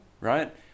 right